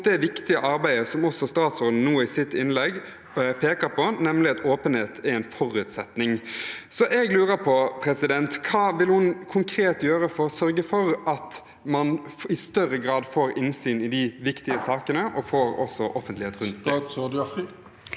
det viktige arbeidet som også statsråden nå i sitt innlegg peker på, nemlig at åpenhet er en forutsetning. Jeg lurer på: Hva vil hun konkret gjøre for å sørge for at man i større grad får innsyn i de viktige sakene og også får offentlighet rundt det? Statsråd Lubna